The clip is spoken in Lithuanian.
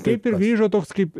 kaip ir grįžo toks kaip